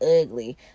ugly